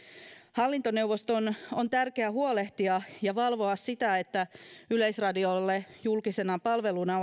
hallintoneuvoston on tärkeä huolehtia siitä ja valvoa sitä että yleisradiolle julkisena palveluna